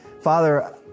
Father